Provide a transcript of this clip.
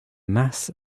mass